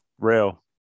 Real